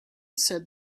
said